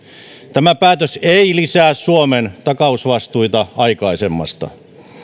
tämä päätös ei lisää suomen takausvastuita aikaisemmasta